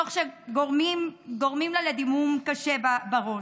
תוך שהם גורמים לה לדימום קשה בראש.